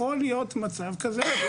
יכול להיות מצב כזה כן?